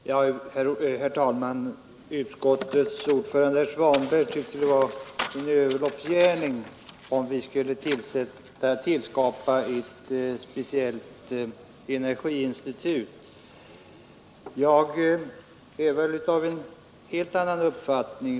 Herr talman! Utskottets ordförande herr Svanberg tyckte det vore en överloppsgärning om vi skulle tillskapa ett speciellt energiinstitut. Jag är av en helt annan uppfattning.